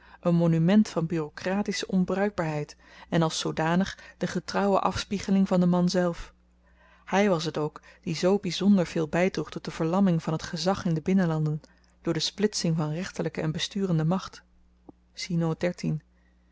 n monument van bureaukratische onbruikbaarheid en als zoodanig de getrouwe afspiegeling van den man zelf hy was t ook die zoo byzonder veel bydroeg tot de verlamming van t gezag in de binnenlanden door de splitsing van rechterlyke en besturende macht